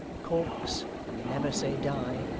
the corks, and the never say die,